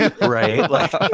right